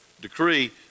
decree